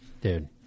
dude